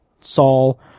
Saul